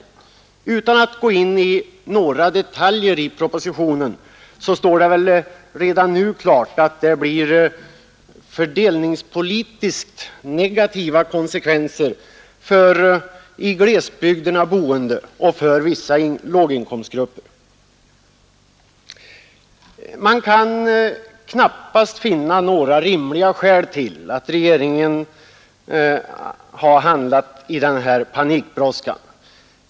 Jag skall inte gå in på några detaljer i propositionen, men det står väl redan klart att det blir fördelningspolitiskt negativa konsekvenser för i glesbygderna boende och för vissa låginkomstgrupper. Man kan knappast finna några rimliga skäl till att regeringen handlat i denna panikartade brådska.